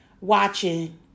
watching